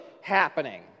happening